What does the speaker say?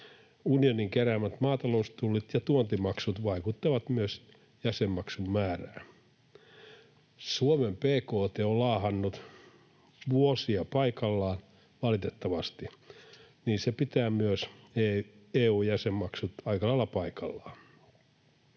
Unionin keräämät maataloustullit ja tuontimaksut vaikuttavat myös jäsenmaksun määrään. Suomen bkt on laahannut vuosia paikallaan, valitettavasti, joten se pitää myös EU-jäsenmaksut aika lailla paikallaan.